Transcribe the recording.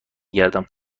گردم